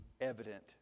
evident